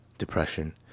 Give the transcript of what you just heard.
depression